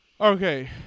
Okay